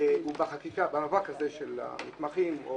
הזה של המתמחים,